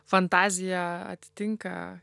fantazija atitinka